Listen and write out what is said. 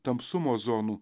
tamsumo zonų